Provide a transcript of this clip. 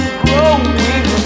growing